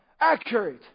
accurate